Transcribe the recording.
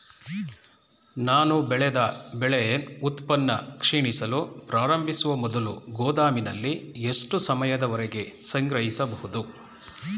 ನಾನು ಬೆಳೆದ ಬೆಳೆ ಉತ್ಪನ್ನ ಕ್ಷೀಣಿಸಲು ಪ್ರಾರಂಭಿಸುವ ಮೊದಲು ಗೋದಾಮಿನಲ್ಲಿ ಎಷ್ಟು ಸಮಯದವರೆಗೆ ಸಂಗ್ರಹಿಸಬಹುದು?